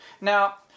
now